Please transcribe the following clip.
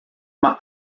mae